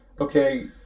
okay